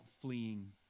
fleeing